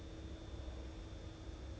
no is this for